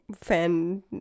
fan